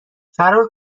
فرار